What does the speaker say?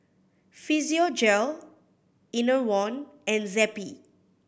Physiogel Enervon and Zappy